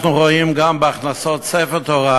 אנחנו רואים גם בהכנסות ספר תורה,